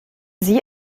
sie